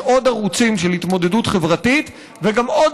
יש עוד ערוצים של התמודדות חברתית וגם עוד